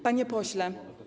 Panie Pośle!